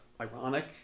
ironic